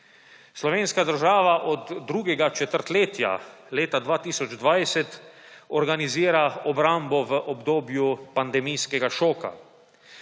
Slovenska država od drugega četrtletja leta 2020 organizira obrambo v obdobju pandemijskega šoka.